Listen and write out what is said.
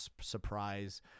surprise